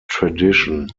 tradition